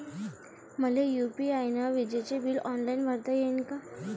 मले यू.पी.आय न विजेचे बिल ऑनलाईन भरता येईन का?